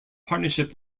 partnership